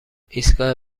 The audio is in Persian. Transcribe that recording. ایستگاه